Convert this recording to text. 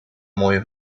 mooie